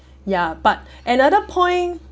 ya but another point